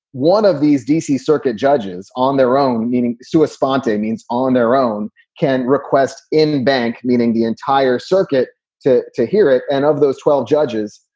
one of these d c. circuit judges. on their own, meaning, stuart, sponte means on their own can request in bank, meaning the entire circuit to to hear it. and of those twelve judges,